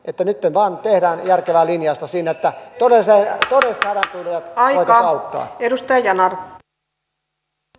nytten vaan tehdään järkevää linjausta siinä että todellisessa hädässä tulijoita voitaisiin auttaa